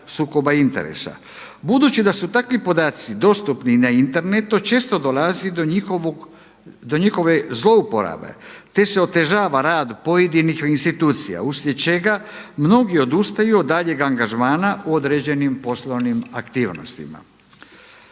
sukoba interesa. Budući da su takvi podaci dostupni i na internetu, često dolazi do njihove zlouporabe, te se otežava rad pojedinih institucija uslijed čega mnogi odustaju od daljnjeg angažma u određenim poslovnim aktivnostima.